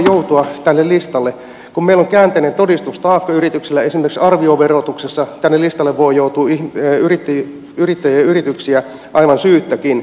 kun meillä on yrityksillä käänteinen todistustaakka esimerkiksi arvioverotuksessa tänne listalle voi joutua yrittäjiä ja yrityksiä aivan syyttäkin